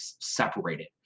separated